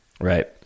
Right